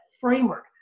framework